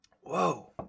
Whoa